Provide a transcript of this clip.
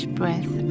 breath